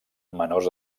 menors